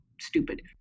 stupid